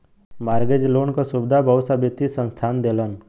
mortgage loan क सुविधा बहुत सा वित्तीय संस्थान देलन